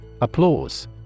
Applause